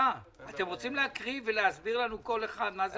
אתם רוצים לקרוא ולהסביר לנו את התוספות בכל אחד?